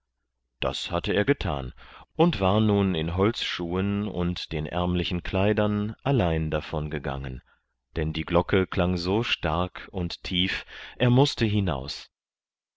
das hatte er gethan und war nun in holzschuhen und den ärmlichen kleidern allein davon gegangen denn die glocke klang so stark und tief er mußte hinaus